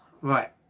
Right